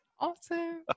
Awesome